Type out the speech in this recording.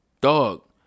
Dog